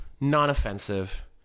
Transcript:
non-offensive